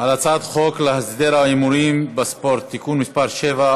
על הצעת חוק להסדר ההימורים בספורט (תיקון מס' 7,